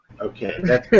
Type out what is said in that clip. Okay